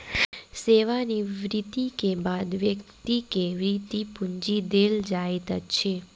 सेवा निवृति के बाद व्यक्ति के वृति पूंजी देल जाइत अछि